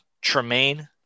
Tremaine